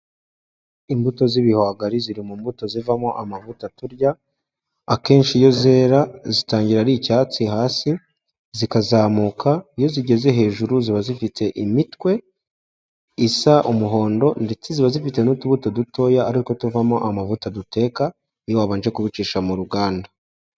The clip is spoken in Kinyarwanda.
Imbuto z'ibihwagari ziri mu mbuto zivamo amavuta turya, akenshi iyo zera, zitangira ari icyatsi hasi, zikazamuka, iyo zigeze hejuru ziba zifite imitwe, isa umuhondo ndetse ziba zifite n'utubuto dutoya aritwo tuvamo amavuta duteka, iyo wabanje kubicisha mu ruganda.